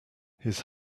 his